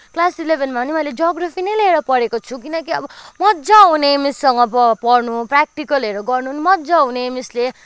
class इलिभेनमा पनि मैले जियोग्राफी नै लिएर पढेको छु किनकि अब मज्जा आउने मिससँग पढ्नु प्र्याक्टिकलहरू गर्न पनि मज्जा आउने मिसले